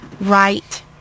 right